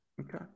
Okay